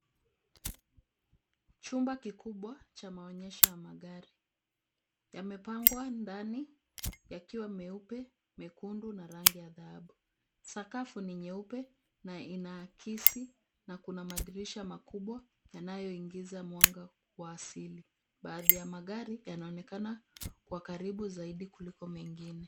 Chumba kikubwa cha maonyesho ya magari yamepangwa ndani yakiwa meupe, mekundu na rangi ya dhahabu sakafu ni nyeupe na inaakisi na kuna madirisha makubwa yanayoingiza mwanga wa asili. Baadhi ya magari yanaonekana kwa karibu zaidi kuliko mengine.